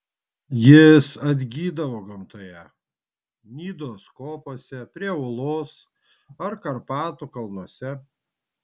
jis atgydavo gamtoje nidos kopose prie ūlos ar karpatų kalnuose